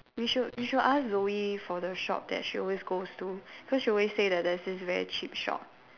we should we should ask Zoey for the shop that she always goes to cause she always say that there's this very cheap shop